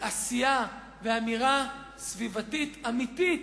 עשייה ואמירה סביבתית אמיתית,